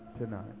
tonight